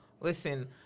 Listen